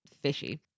fishy